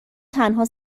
تنها